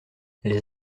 les